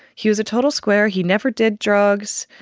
he was a total square, he never did drugs,